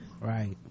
Right